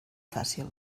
fàcil